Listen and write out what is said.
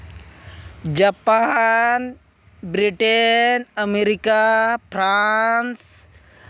Japan Britain America France